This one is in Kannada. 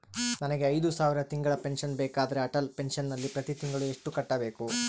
ನನಗೆ ಐದು ಸಾವಿರ ತಿಂಗಳ ಪೆನ್ಶನ್ ಬೇಕಾದರೆ ಅಟಲ್ ಪೆನ್ಶನ್ ನಲ್ಲಿ ಪ್ರತಿ ತಿಂಗಳು ಎಷ್ಟು ಕಟ್ಟಬೇಕು?